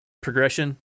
progression